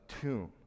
tomb